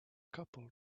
couple